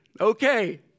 okay